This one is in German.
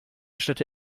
städte